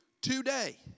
today